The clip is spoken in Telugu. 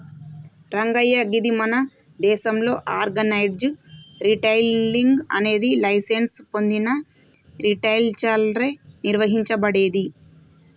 రంగయ్య గీది మన దేసంలో ఆర్గనైజ్డ్ రిటైలింగ్ అనేది లైసెన్స్ పొందిన రిటైలర్లచే నిర్వహించబడేది